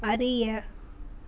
அறிய